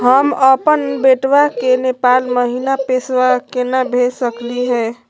हम अपन बेटवा के नेपाल महिना पैसवा केना भेज सकली हे?